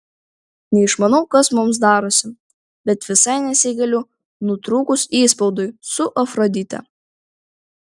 neišmanau kas mums darosi bet visai nesigailiu nutrūkus įspaudui su afrodite